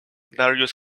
darius